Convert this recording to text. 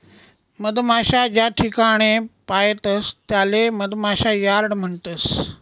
मधमाशा ज्याठिकाणे पायतस त्याले मधमाशा यार्ड म्हणतस